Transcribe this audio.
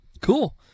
Cool